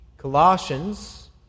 Colossians